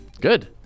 Good